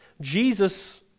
Jesus